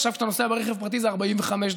עכשיו כשאתה נוסע ברכב פרטי זה 45 דקות,